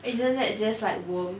isn't that just like worm